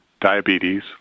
diabetes